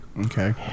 Okay